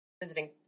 visiting